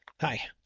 hi